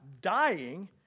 dying